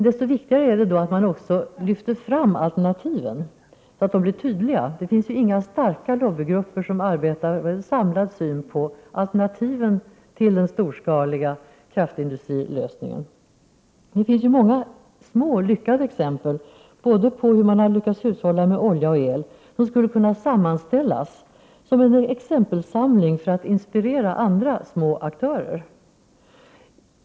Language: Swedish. Desto viktigare är det att lyfta fram alternativen så att de blir tydliga. Det finns inga starka lobbygrupper som arbetar med en samlad syn på alternativen till storskaliga energilösningar. Men det finns många exempel på hur man har lyckats hushålla med olja och el som skulle kunna sammanställas till en exempelsamling för att inspirera andra aktörer.